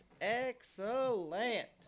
excellent